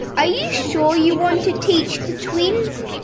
are you sure you want to teach the twins?